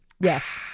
Yes